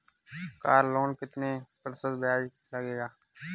Car loan पर कितने प्रतिशत ब्याज लगेगा?